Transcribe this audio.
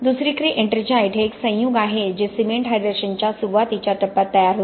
दुसरीकडे एट्रिंजाइट हे एक संयुग आहे जे सिमेंट हायड्रेशनच्या सुरुवातीच्या टप्प्यात तयार होते